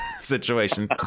situation